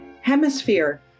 hemisphere